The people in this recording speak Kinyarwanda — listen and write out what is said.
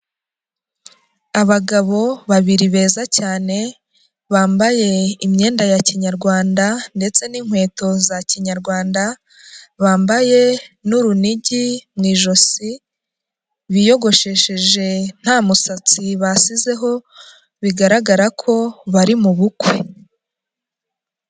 Abagabo babiri beza cyane bambaye imyenda ya kinyarwanda ndetse n'inkweto za kinyarwanda, bambaye n'urunigi mu ijosi, biyogoshesheje nta musatsi basizeho bigaragara ko bari mu bukwe.